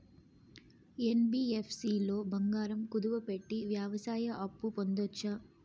NBFC లో బంగారం కుదువు పెట్టి వ్యవసాయ అప్పు పొందొచ్చా?